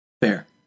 Fair